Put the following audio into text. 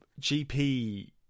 GP